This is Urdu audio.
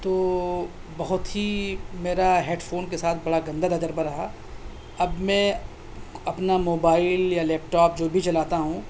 تو بہت ہی میرا ہیڈ فون کے ساتھ بڑا گندا تجربہ رہا اب میں اپنا موبائل یا لیپ ٹاپ جو بھی چلاتا ہوں